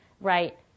right